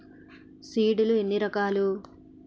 Seed లు ఎన్ని రకాలు?